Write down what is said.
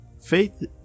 Faith